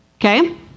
okay